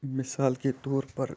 مِثال کے طور پر